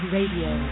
Radio